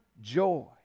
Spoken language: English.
joy